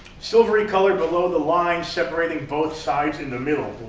silvery-colored below the lines separating both sides and the middle.